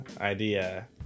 idea